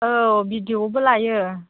औ बिदिअ'बो लायो